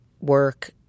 work